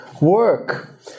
work